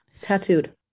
tattooed